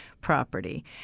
property